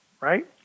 right